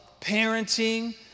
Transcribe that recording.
parenting